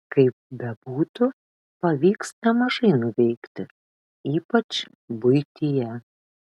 kaip bebūtų pavyks nemažai nuveikti ypač buityje